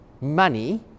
money